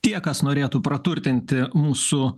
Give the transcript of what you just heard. tie kas norėtų praturtinti mūsų